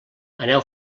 aneu